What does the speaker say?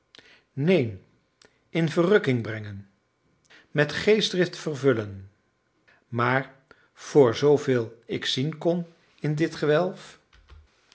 neen in verrukking brengen met geestdrift vervullen maar voor zooveel ik zien kon in dit gewelf